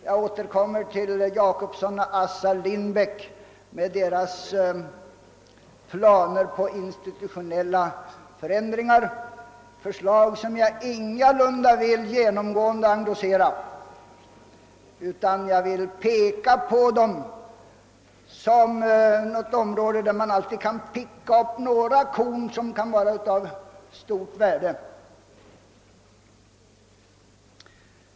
Jag återkommer till Jacobssons och Assar Lindbäcks planer på institutionella förändringar, förslag som jag ingalunda vill genomgående endossera. Jag pekar endast på dem som ett område, där man alltid kan picka upp en del korn av stort värde.